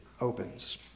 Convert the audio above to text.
opens